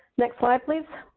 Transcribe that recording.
next slide, please.